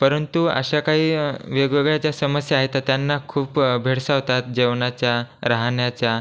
परंतु अशा काही वेगवेगळ्या ज्या समस्या आहेत त्या त्यांना खूप भेडसावतात जेवणाच्या राहण्याच्या